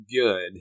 good